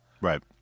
Right